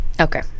Okay